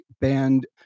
band